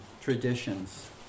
traditions